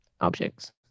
objects